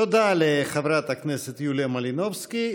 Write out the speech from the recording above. תודה לחברת הכנסת יוליה מלינובסקי.